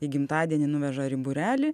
į gimtadienį nuveža ar į būrelį